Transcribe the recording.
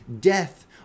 death